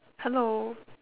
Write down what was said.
hello